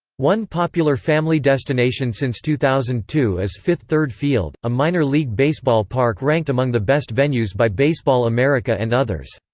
one popular family destination since two thousand and two is fifth third field, a minor-league baseball park ranked among the best venues by baseball america and others.